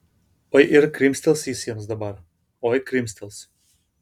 oi ir krimstels jis jiems dabar oi krimstels